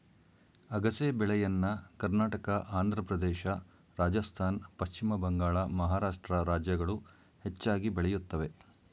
ಅಗಸೆ ಬೆಳೆಯನ್ನ ಕರ್ನಾಟಕ, ಆಂಧ್ರಪ್ರದೇಶ, ರಾಜಸ್ಥಾನ್, ಪಶ್ಚಿಮ ಬಂಗಾಳ, ಮಹಾರಾಷ್ಟ್ರ ರಾಜ್ಯಗಳು ಹೆಚ್ಚಾಗಿ ಬೆಳೆಯುತ್ತವೆ